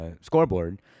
scoreboard